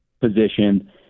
position